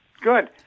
Good